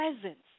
presence